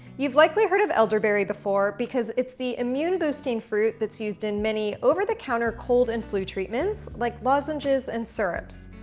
you've likely heard of elderberry before because it's the immune boosting fruit that's used in many over the counter cold and flu treatments like lozenges and syrups.